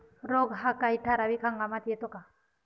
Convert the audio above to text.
रोग हा काही ठराविक हंगामात येतो का?